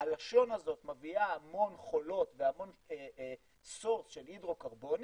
הלשון הזאת מביאה המון חולות והמון מקורות של הידרוקרבונים